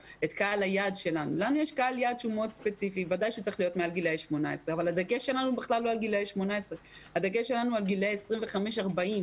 לנו יש קהל יעד ספציפי שצריך להיות מעל גיל 18. הדגש שלנו הוא לא על גילאי 18 אלא על גילאי 25 40,